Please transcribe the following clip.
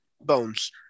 bones